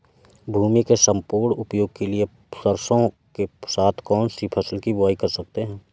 भूमि के सम्पूर्ण उपयोग के लिए सरसो के साथ कौन सी फसल की बुआई कर सकते हैं?